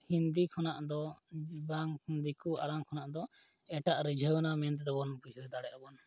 ᱦᱤᱱᱫᱤ ᱠᱷᱚᱱᱟᱜ ᱫᱚ ᱵᱟᱝ ᱫᱤᱠᱩ ᱟᱲᱟᱝ ᱠᱷᱚᱱᱟᱜ ᱫᱚ ᱮᱴᱟᱜ ᱨᱤᱡᱷᱟᱹᱣᱟᱱᱟ ᱢᱮᱱ ᱛᱮᱵᱚᱱ ᱵᱩᱡᱷᱟᱹᱣ ᱫᱟᱲᱮᱭᱟᱜᱼᱟ ᱵᱚᱱ